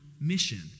mission